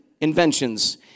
inventions